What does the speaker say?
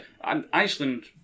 Iceland